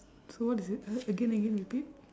so what is it uh again again repeat